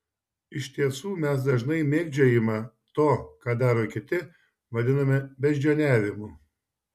iš tiesų mes dažnai mėgdžiojimą to ką daro kiti vadiname beždžioniavimu